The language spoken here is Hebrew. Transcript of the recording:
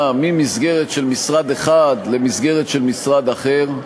ממסגרת של משרד אחר למסגרת של משרד אחר.